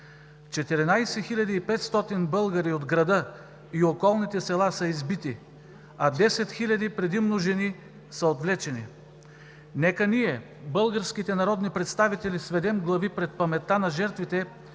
българи от града и околните села са избити, а десет хиляди, предимно жени, са отвлечени. Нека ние, българските народни представители, сведем глави пред паметта на жертвите